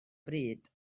bryd